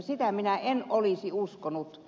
sitä minä en olisi uskonut